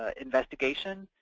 ah investigation,